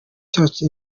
cyacu